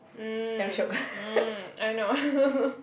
mm mm I know